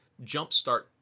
jumpstart